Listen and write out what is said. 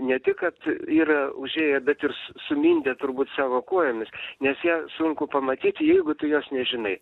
ne tik kad yra užėję bet ir sumindę turbūt savo kojomis nes ją sunku pamatyti jeigu tu jos nežinai